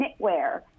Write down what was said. knitwear